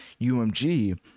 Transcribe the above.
Umg